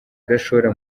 gashora